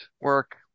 work